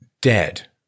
dead